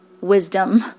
wisdom